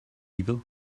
evil